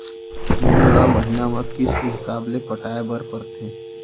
loan ल महिना म किस्त हिसाब ले पटाए बर परथे